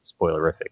spoilerific